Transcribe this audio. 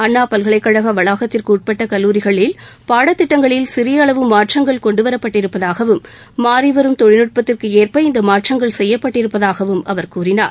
அண்ணாபல்கலைக்கழக வளாகத்திற்கு உட்பட்ட கல்லூரிகளில் பாடத்திட்டங்களில் சிறிய அளவு மாற்றங்கள் கொண்டுவரப்பட்டிருப்பதாகவும் மாறி வரும் தொழில்நுட்பத்திற்கேற்ப இந்த மாற்றங்கள் செய்யப்பட்டிருப்பதாகவும் அவர் கூறினார்